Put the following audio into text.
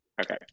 okay